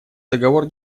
договор